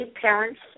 Parents